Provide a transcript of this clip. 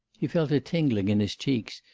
he felt a tingling in his cheeks,